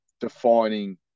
defining